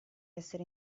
essere